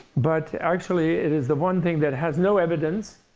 but actually, it is the one thing that has no evidence.